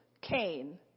Cain